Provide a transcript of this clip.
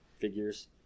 figures